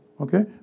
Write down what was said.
okay